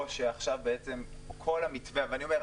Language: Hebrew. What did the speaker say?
או שעכשיו בעצם כל המתווה אני אומר,